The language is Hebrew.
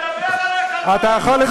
אני אדבר אליך, אתה יכול לדבר כמה שאתה רוצה.